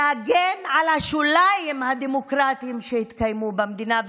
להגן על השוליים הדמוקרטיים שיתקיימו במדינה,